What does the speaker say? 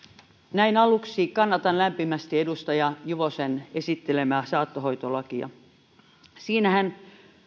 näin aluksi kannatan lämpimästi edustaja juvosen esittelemää saattohoitolakia siinähän